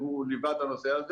הוא ליווה את הנושא הזה